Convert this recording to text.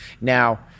Now